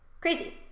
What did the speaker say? Crazy